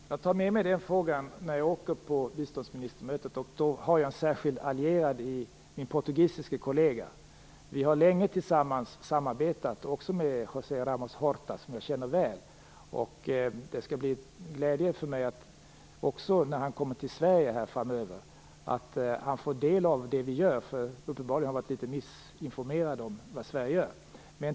Fru talman! Jag tar med mig den frågan när jag åker till biståndsministermötet. Då har jag en särskild allierad i min portugisiske kollega. Vi har länge samarbetat - även med José Ramos Horta, som jag känner väl. Det skall bli en glädje för mig när han framöver kommer till Sverige att se till att han får del av det vi gör. Uppenbarligen har han varit litet missinformerad om vad Sverige gör.